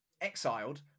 exiled